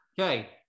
Okay